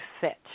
fit